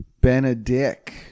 Benedict